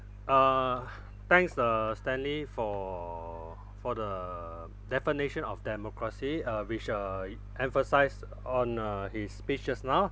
uh thanks uh stanley for for the definition of democracy uh which uh emphasised on uh his speech just now